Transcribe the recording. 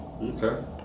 okay